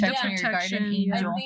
protection